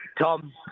Tom